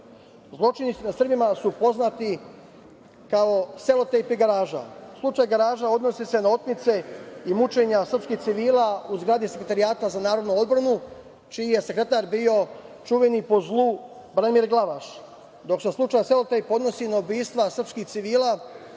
Zločini nad Srbima su poznati kao „Selotejp“ i „Garaža“. Slučaj „Garaža“ odnosi se na otmice i mučenja srpskih civila u zgradi Sekretarijata za narodnu odbranu, čiji je sekretar bio čuveni po zlu Branimir Glavaš, dok se slučaj „Selotejp“ odnosi na slučaj ubistva srpskih civila